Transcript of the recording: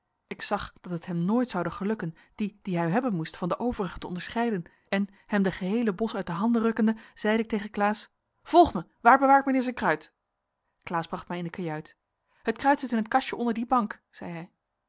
ik zag dat het hem nooit zoude gelukken dien dien hij hebben moest van de overige te onderscheiden en hem den geheelen bos uit de handen rukkende zeide ik tegen klaas volg mij waar bewaart mijnheer zijn kruit klaas bracht mij in de kajuit het kruit zit in het kastje onder die bank zei